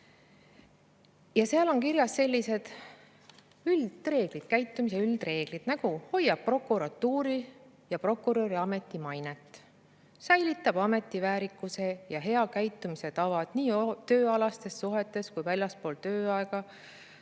Seal on kirjas sellised käitumise üldreeglid: [prokurör] hoiab prokuratuuri ja prokuröri ameti mainet, säilitab ametiväärikuse ja hea käitumise tavad nii tööalastes suhetes kui ka väljaspool tööaega